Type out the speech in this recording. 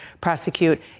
prosecute